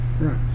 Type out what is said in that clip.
Right